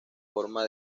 forma